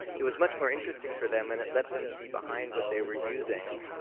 it was much more interesting for them, and it let them see behind what they were using,